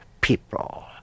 people